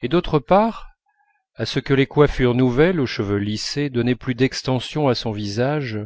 et d'autre part à ce que les coiffures nouvelles aux cheveux lissés donnaient plus d'extension à son visage